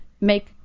make